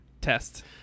test